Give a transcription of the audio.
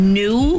new